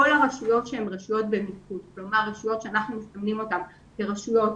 כל הרשויות שהן רשויות שאנחנו שמים אותן כרשויות